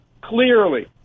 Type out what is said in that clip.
Clearly